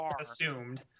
assumed